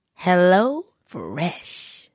HelloFresh